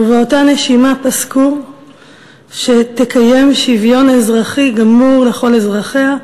ובאותה נשימה פסקו שהיא תקיים שוויון אזרחי גמור לכל אזרחיה,